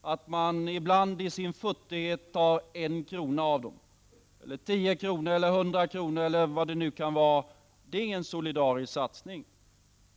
att man ibland i sin futtighet av dem tar en krona — eller tio kronor eller hundra eller vad det nu kan vara — tycker nog inte att det är någon solidarisk satsning.